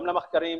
גם למחקרים,